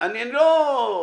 נכון.